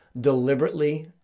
deliberately